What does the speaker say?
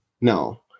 No